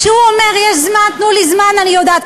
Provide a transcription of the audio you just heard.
כשהוא אומר: יש זמן, תנו לי זמן, אני יודעת.